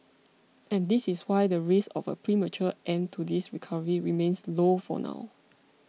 and this is why the risk of a premature end to this recovery remains low for now